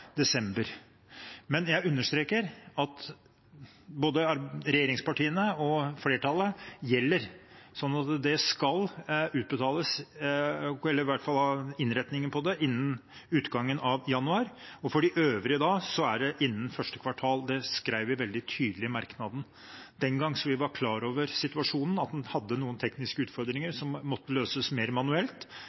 desember. Men jeg understreker at merknaden fra regjeringspartiene og flertallet gjelder. Innretningen på det skal være klar innen utgangen av januar, og for de øvrige er det innen første kvartal. Det skrev vi veldig tydelig i merknaden den gang. Vi var klar over situasjonen, at den hadde noen tekniske utfordringer som måtte løses mer manuelt